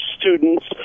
students